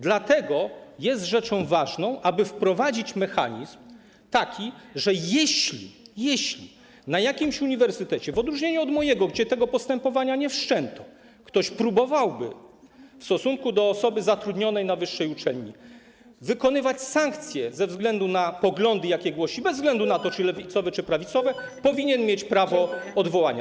Dlatego jest rzeczą ważną, aby wprowadzić mechanizm polegający na tym, że jeśli - jeśli - na jakimś uniwersytecie, w odróżnieniu od mojego, gdzie tego postępowania nie wszczęto, ktoś próbowałby w stosunku do osoby zatrudnionej na wyższej uczelni wykonywać sankcje ze względu na poglądy, jakie głosi, bez względu na to, czy lewicowe, czy prawicowe, to powinno przysługiwać prawo do odwołania.